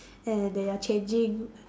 and they are changing